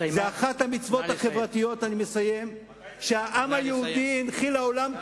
זו אחת המצוות החברתיות שהעם היהודי הנחיל לעולם כולו,